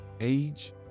age